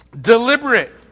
deliberate